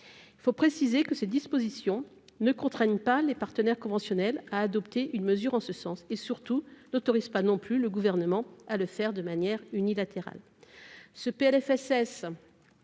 Il faut préciser néanmoins que ces dispositions ne contraignent pas les partenaires conventionnels à adopter une mesure en ce sens et, surtout, n'autorisent pas non plus le Gouvernement à le faire de manière unilatérale.